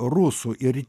rusų ir